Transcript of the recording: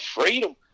freedom